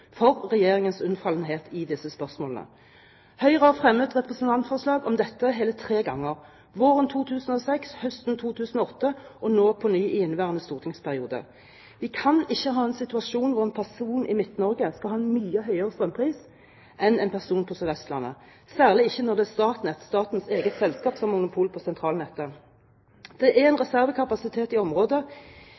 for Regjeringens unnfallenhet i disse spørsmålene. Høyre har fremmet representantforslag som gjelder dette, hele tre ganger: våren 2006, vinteren 2009 og nå på ny, i inneværende stortingsperiode. Vi kan ikke ha en situasjon hvor en person i Midt-Norge har en mye høyere strømpris enn en person på Sørvestlandet, særlig ikke når det er Statnett, statens eget selskap, som har monopol på sentralnettet. Det er en reservekapasitet i området